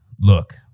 Look